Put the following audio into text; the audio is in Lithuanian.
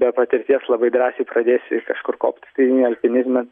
be patirties labai drąsiai pradėsi kažkur kopt tai alpinizme